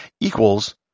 equals